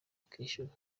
akishyura